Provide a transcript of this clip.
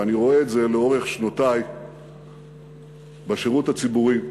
ואני רואה את זה לאורך שנותי בשירות הציבורי,